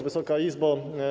Wysoka Izbo!